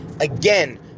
Again